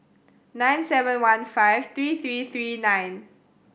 nine seven one five three three three nine